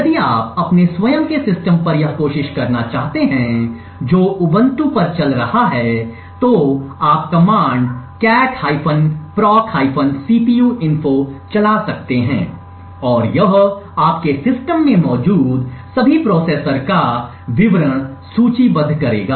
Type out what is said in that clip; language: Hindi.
यदि आप अपने स्वयं के सिस्टम पर यह कोशिश करना चाहते हैं जो उबंटू चल रहा है तो आप कमांड्स cat proc cpuinfo चला सकते हैं और यह आपके सिस्टम में मौजूद सभी प्रोसेसर का विवरण सूचीबद्ध करेगा